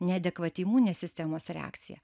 neadekvati imuninės sistemos reakcija